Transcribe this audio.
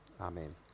Amen